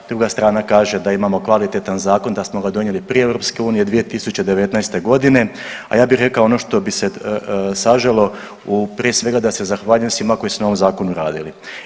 Druga strana kaže da imamo kvalitetan zakon, da smo ga donijeli prije EU 2019. godine, a ja bi rekao ono što bi se saželo prije svega da se zahvaljujem svima koji su na ovom zakonu radili.